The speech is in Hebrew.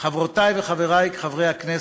חברותי וחברי חברי הכנסת,